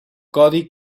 codi